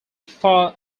far